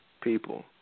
people